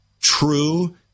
true